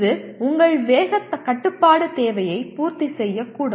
இது உங்கள் வேகக் கட்டுப்பாட்டுத் தேவையை பூர்த்தி செய்யக்கூடும்